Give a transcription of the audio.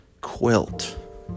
quilt